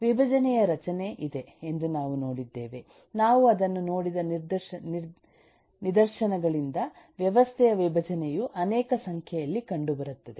ವಿಭಜನೆಯ ರಚನೆ ಇದೆ ಎಂದು ನಾವು ನೋಡಿದ್ದೇವೆ ನಾವು ಅದನ್ನು ನೋಡಿದ ನಿದರ್ಶನಗಳಿಂದ ವ್ಯವಸ್ಥೆಯ ವಿಭಜನೆಯು ಅನೇಕ ಸಂಖ್ಯೆಯಲ್ಲಿ ಕಂಡುಬರುತ್ತದೆ